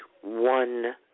one